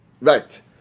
Right